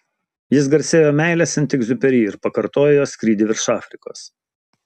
jis garsėjo meile sent egziuperi ir pakartojo jo skrydį virš afrikos